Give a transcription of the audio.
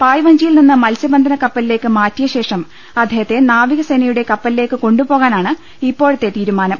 പായ്വഞ്ചിയിൽ നിന്ന് മത്സ്യബന്ധനകപ്പലിലേക്ക് മാറ്റിയശേഷം അദ്ദേഹത്തെ നാവികസേനയുടെ കപ്പലിലേക്ക് കൊണ്ടുപോകാനാണ് ഇപ്പോഴത്തെ തീരുമാനം